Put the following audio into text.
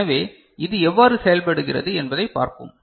எனவே இது எவ்வாறு செயல்படுகிறது என்பதைப் பார்ப்போம்